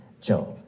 Job